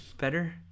better